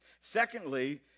Secondly